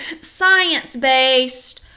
science-based